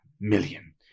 million